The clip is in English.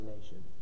nation